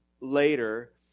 Later